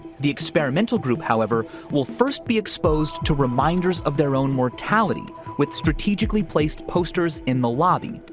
the experimental group, however, will first be exposed to reminders of their own mortality with strategically placed posters in the lobby.